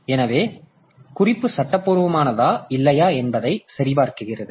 எனவே அது முடிந்தது குறிப்பு சட்டபூர்வமானதா இல்லையா என்பதை சரிபார்க்கிறது